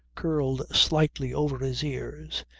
curled slightly over his ears.